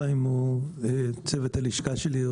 חיים הוא בצוות הלשכה שלי,